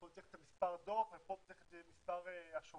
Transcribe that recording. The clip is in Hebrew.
פה את מספר הדוח ופה את מספר השובר.